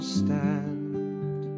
stand